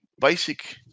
basic